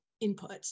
input